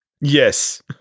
Yes